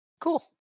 Cool